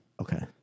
Okay